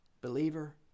Believer